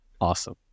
awesome